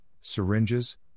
Syringes